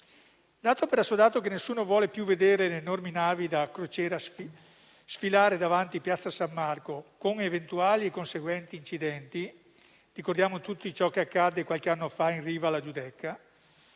Dato per assodato che nessuno vuole più vedere le enormi navi da crociera sfilare davanti piazza San Marco, con eventuali conseguenti incidenti - ricordiamo tutti ciò che accadde qualche anno fa in riva alla Giudecca